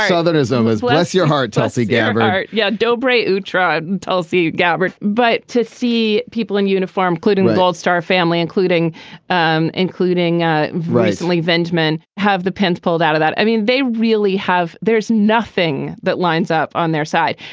other ism as bless your hearts. i see gabby. yeah. dobro ah tried and tulsi gabbert but to see people in uniform including gold star family including um including ah recently vend men have the pens pulled out of that. i mean they really have. there's nothing that lines up on their side.